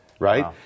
Right